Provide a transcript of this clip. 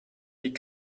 die